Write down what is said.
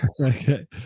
Okay